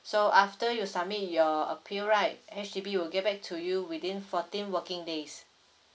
so after you submit your appeal right H_D_B will get back to you within fourteen working days